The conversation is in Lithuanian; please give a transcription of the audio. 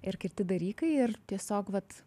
ir kiti dalykai ir tiesiog vat